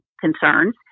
concerns